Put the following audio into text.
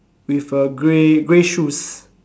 with a grey grey shoes